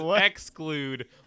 exclude